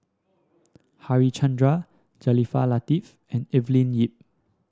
Harichandra Jaafar Latiff and Evelyn Lip